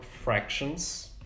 fractions